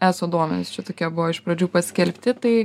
eso duomenys čia tokie buvo iš pradžių paskelbti tai